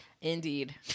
Indeed